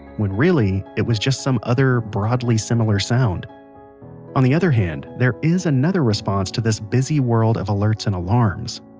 when really, it was just some other, broadly similar sound on the other hand, there is another response to this busy world of alerts and alarms.